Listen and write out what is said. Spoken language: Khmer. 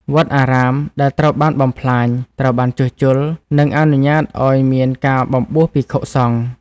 វត្តអារាមដែលត្រូវបានបំផ្លាញ ត្រូវបានជួសជុល និងអនុញ្ញាតឱ្យមានការបំបួសភិក្ខុសង្ឃ។